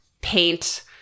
paint